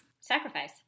Sacrifice